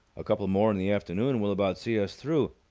a couple more in the afternoon will about see us through.